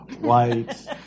white